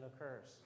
occurs